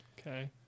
Okay